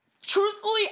Truthfully